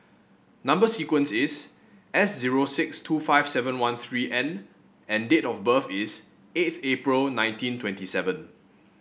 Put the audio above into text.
number sequence is S zero six two five seven one three N and date of birth is eighth April nineteen twenty seven